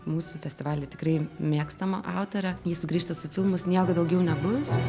mūsų festivalyje tikrai mėgstama autorė jis sugrįžta su filmu sniego daugiau nebus